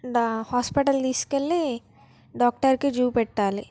డా హాస్పిటల్కి తీసుకువెళ్ళి డాక్టర్కి చూపెట్టాలి